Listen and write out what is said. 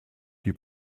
die